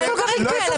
אין דברים כאלה.